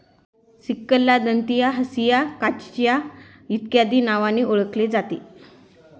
सिकलला दंतिया, हंसिया, काचिया इत्यादी नावांनी ओळखले जाते